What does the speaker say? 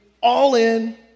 all-in